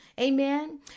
Amen